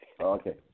Okay